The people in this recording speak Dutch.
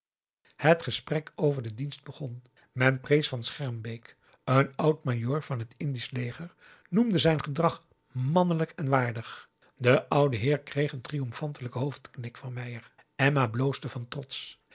het gesprek over den dienst begon men prees van schermbeek een oud majoor van het indisch leger noemde p a daum de van der lindens c s onder ps maurits zijn gedrag mannelijk en waardig de oude heer kreeg een triomfantelijken hoofdknik van meier emma bloosde van trots